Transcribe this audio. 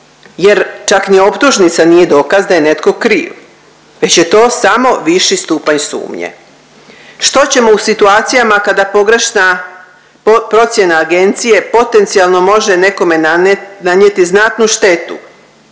jer čak ni optužnica nije dokaz da je netko kriv već je to samo viši stupanj sumnje. Što ćemo u situacijama kada pogrešna procjena agencija potencijalno može nekome nanijeti znatnu štetu